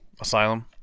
asylum